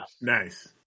Nice